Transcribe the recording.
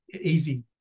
easy